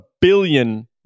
billion